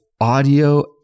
audio